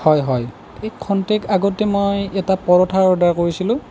হয় হয় এই ক্ষন্তেক আগতে মই এটা পৰঠা অৰ্ডাৰ কৰিছিলোঁ